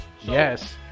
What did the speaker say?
Yes